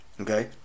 okay